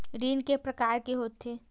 ऋण के प्रकार के होथे?